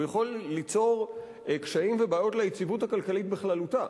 הוא יכול ליצור קשיים ובעיות ליציבות הכלכלית בכללותה.